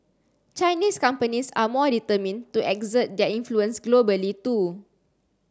Chinese companies are more determined to exert their influence globally too